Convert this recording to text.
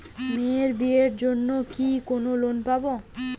মেয়ের বিয়ের জন্য কি কোন লোন পাব?